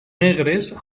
negres